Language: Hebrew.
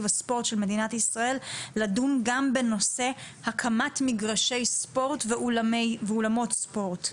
הספורט של מדינת ישראל לדון גם בנושא הקמת מגרשי ספורט ואולמות ספורט.